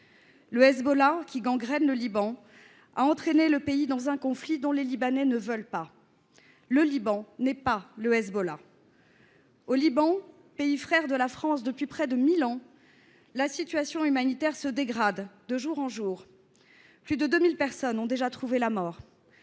Le Hezbollah, qui gangrène le Liban, a entraîné le pays dans un conflit dont les Libanais ne veulent pas. Le Liban n’est pas le Hezbollah. Au Liban, pays frère de la France depuis près de mille ans, la situation humanitaire se dégrade de jour en jour. Plus de deux mille personnes ont déjà trouvé la mort.